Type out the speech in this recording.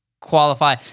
qualify